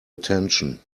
attention